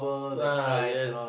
!wah! yes